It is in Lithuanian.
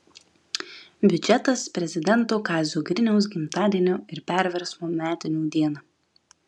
biudžetas prezidento kazio griniaus gimtadienio ir perversmo metinių dieną